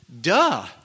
Duh